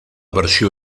versió